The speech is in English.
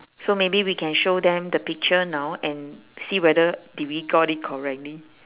so maybe we can show them the picture now and see whether did we got it correctly